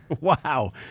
Wow